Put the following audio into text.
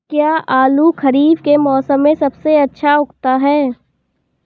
क्या आलू खरीफ के मौसम में सबसे अच्छा उगता है?